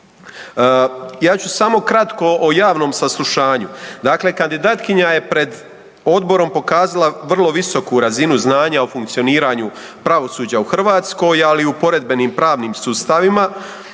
Ja ću samo kratko o javnom saslušanju. Dakle, kandidatkinja je pred odborom pokazala vrlo visoku razinu znanja o funkcioniranju pravosuđa u Hrvatskoj ali u poredbenim pravnim sustavima